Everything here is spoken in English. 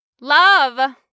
love